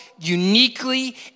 uniquely